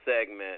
segment